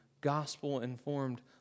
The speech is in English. gospel-informed